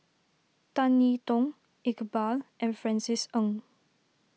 Tan I Tong Iqbal and Francis Ng